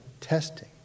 testing